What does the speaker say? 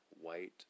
white